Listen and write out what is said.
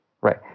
right